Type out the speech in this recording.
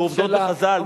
ועובדות בחז"ל,